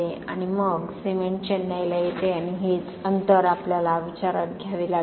आणि मग सिमेंट चेन्नईला येते आणि हेच अंतर आपल्याला विचारात घ्यावे लागेल